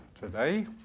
today